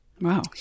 Wow